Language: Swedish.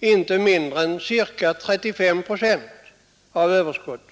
inte mindre än ca 35 procent av överskottet.